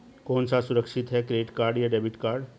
कौन सा सुरक्षित है क्रेडिट या डेबिट कार्ड?